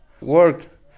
work